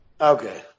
Okay